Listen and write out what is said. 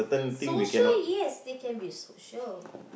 social yes we can be social